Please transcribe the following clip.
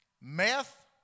meth